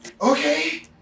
Okay